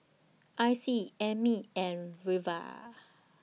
Icy Emmy and Reva